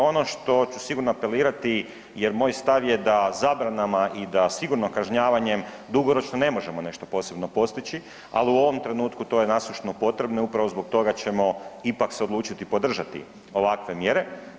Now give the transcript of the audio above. Ono što ću sigurno apelirati jer moj stav je da zabranama i da sigurno kažnjavanjem dugoročno ne možemo nešto posebno postići, ali u ovom trenutku to je nasušno potrebno i upravo zbog toga ćemo ipak se odlučiti podržati ovakve mjere.